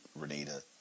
Renita